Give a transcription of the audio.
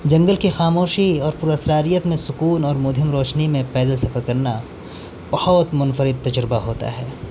جنگل کی خاموشی اور پر اسراریت میں سکون اور مدھم روشنی میں پیدل سفر کرنا بہت منفرد تجربہ ہوتا ہے